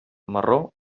marró